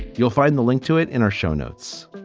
you'll find the link to it in our show notes.